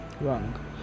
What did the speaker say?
Wrong